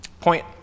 Point